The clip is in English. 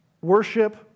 worship